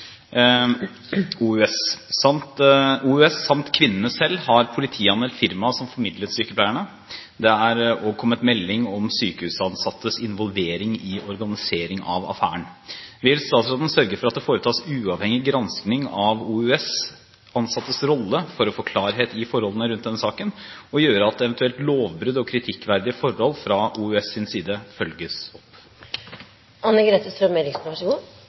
OUS. OUS, samt kvinnene selv, har politianmeldt firmaet som formidlet sykepleierne. Det er òg kommet melding om sykehusansattes involvering i organisering av affæren. Vil statsråden sørge for at det foretas uavhengig gransking av OUS' ansattes rolle for å få klarhet i forholdene rundt denne saken, og gjøre at eventuelle lovbrudd og kritikkverdige forhold fra OUS' side følges opp?»